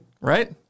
Right